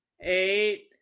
eight